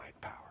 power